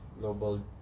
global